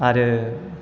आरो